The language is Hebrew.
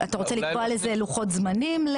אתה רוצה לקבוע לזה לוחות זמנים?